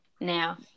Now